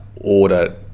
order